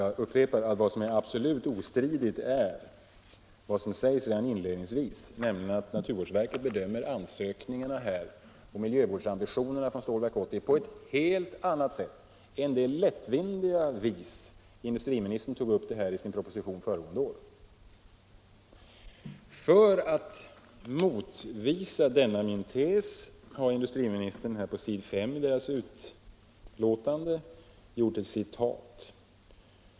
Jag upprepar: Vad som är absolut ostridigt är det som sägs redan inledningsvis i naturvårdsverkets utlåtande, nämligen att naturvårdsverket bedömer ansökningarna och miljövårdsambitionerna när det gäller Stålverk 80 helt annorlunda än industriministern - mycket lättsinnigt — gjorde i sin proposition föregående år. För att motbevisa denna min tes tar industriministern ett citat från s. 5 i utlåtandet.